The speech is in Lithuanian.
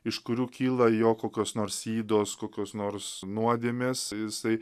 iš kurių kyla jo kokios nors ydos kokios nors nuodėmės jisai